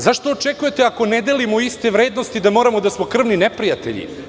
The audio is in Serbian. Zašto očekujete ako ne delimo iste vrednosti da moramo da smo krvni neprijatelji?